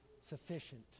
sufficient